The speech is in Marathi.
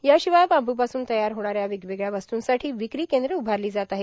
याराशवाय बांबूपासून तयार होणाऱ्या वेगवेगळ्या वस्तूंसाठी विक्री कद्र उभारलो जात आहे